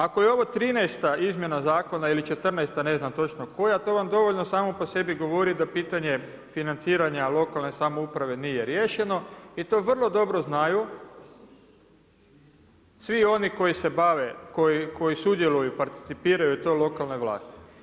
Ako je ovo 13.-ta izmjena zakona ili 14.-ta ne znam točno koja, to vam dovoljno samo po sebi govori da pitanje financiranje lokalne samouprave nije riješeno i to vrlo dobro znaju svi oni koji se bave, koji sudjeluju, participiraju to lokalne vlasti.